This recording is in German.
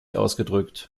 ausgedrückt